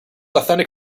authentic